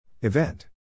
Event